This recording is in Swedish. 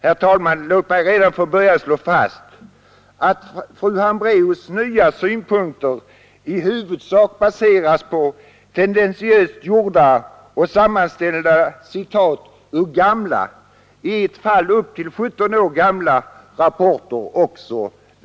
Jag vill därför redan från början slå fast att fru Hambraeus ”nya” synpunkter i huvudsak baseras på tendentiöst gjorda och sammanställda citat ur gamla, ja, i ett fall upp till 17 år gamla, rapporter.